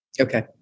Okay